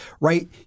right